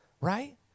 right